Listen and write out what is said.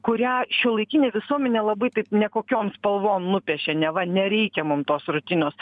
kurią šiuolaikinė visuomenė labai taip nekokiom spalvom nupiešė neva nereikia mum tos rutinos